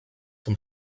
zum